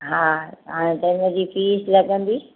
हा हा त हिनजी फ़ीस लॻंदी